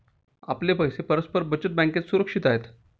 आपले पैसे परस्पर बचत बँकेत सुरक्षित आहेत